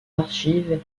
archives